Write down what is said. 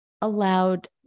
allowed